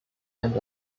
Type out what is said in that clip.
and